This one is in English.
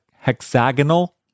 hexagonal